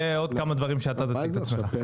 ועוד כמה דברים שאתה תציג את עצמך.